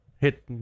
hit